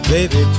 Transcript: Baby